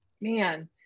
Man